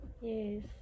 yes